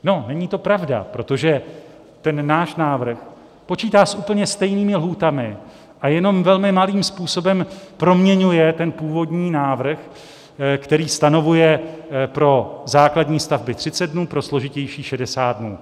No, není to pravda, protože náš návrh počítá s úplně stejnými lhůtami a jenom velmi malým způsobem proměňuje původní návrh, který stanovuje pro základní stavby 30 dnů, pro složitější 60 dnů.